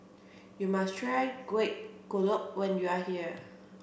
you must try Kueh Kodok when you are here